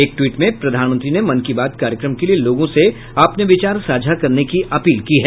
एक ट्वीट में प्रधानमंत्री ने मन की बात कार्यक्रम के लिए लोगों से अपने विचार साझा करने की अपील की है